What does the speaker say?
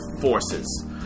forces